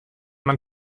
man